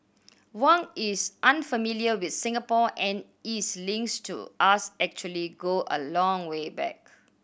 Wang is an unfamiliar with Singapore and his links to us actually go a long way back